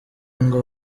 ngo